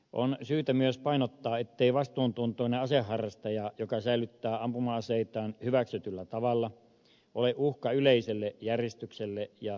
on syytä myös painottaa ettei vastuuntuntoinen aseharrastaja joka säilyttää ampuma aseitaan hyväksytyllä tavalla ole uhka yleiselle järjestykselle ja turvallisuudelle